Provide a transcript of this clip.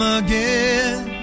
again